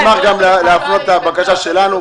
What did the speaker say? אנחנו נשמח גם להפנות את הבקשה שלנו.